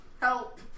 help